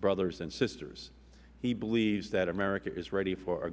brothers and sisters he believes america is ready for a